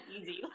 easy